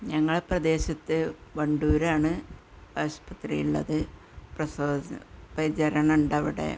ഞങ്ങളെ പ്രദേശത്ത് വണ്ടുരാണ് ആസ്പത്രി ഉള്ളത് പ്രസവ പരിചരണം ഉണ്ട് അവിടെ